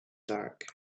dark